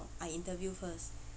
I interview first